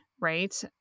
right